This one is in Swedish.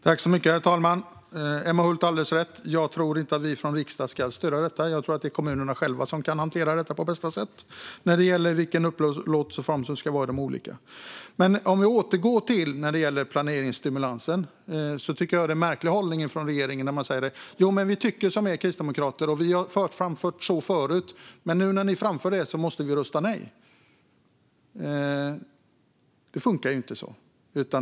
Herr talman! Emma Hult har alldeles rätt. Jag tror inte att vi från riksdagen ska styra detta. Jag tror att kommunerna själva på bästa sätt kan hantera vilken upplåtelseform som de ska ha i de olika områdena. Jag ska återgå till planeringsstimulansen. Det är en märklig hållning från regeringspartierna att säga: Vi tycker som Kristdemokraterna, och vi har framfört detta förut. Men nu när ni framför detta måste vi rösta nej. Det funkar inte så.